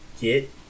get